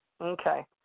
Okay